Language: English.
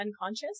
unconscious